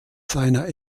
seiner